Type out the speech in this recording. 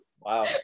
wow